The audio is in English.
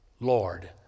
Lord